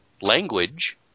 language